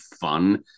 fun